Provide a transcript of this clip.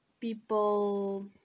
People